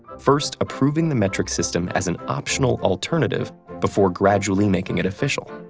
first approving the metric system as an optional alternative before gradually making it offical.